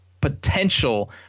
potential